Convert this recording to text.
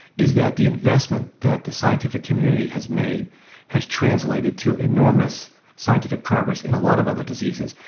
is that the investment that the scientific community has made has translated to enormous scientific progress in a lot of other diseases,